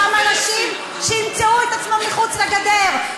אותם אנשים שימצאו את עצמם מחוץ לגדר,